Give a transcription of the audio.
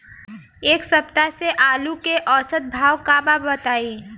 एक सप्ताह से आलू के औसत भाव का बा बताई?